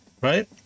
right